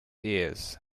ears